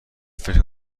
فکر